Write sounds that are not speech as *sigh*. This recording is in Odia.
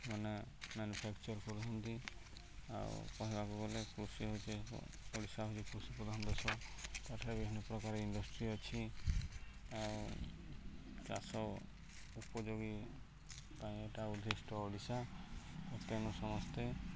ମାନେ ମ୍ୟାନୁଫ୍ୟାକ୍ଚର୍ କରୁଛନ୍ତି ଆଉ କହିବାକୁ ଗଲେ କୃଷି ହେଉଛି ଓଡ଼ିଶା ହେଉଛି କୃଷିପ୍ରଧାନ ଦେଶ ଏଠାରେ ବିଭିନ୍ନ ପ୍ରକାର ଇଣ୍ଡଷ୍ଟ୍ରି ଅଛି ଆଉ ଚାଷ ଉପଯୋଗୀ ପାଇଁ ଏଇଟା ଉଦ୍ଦିଷ୍ଟ ଓଡ଼ିଶା *unintelligible* ସମସ୍ତେ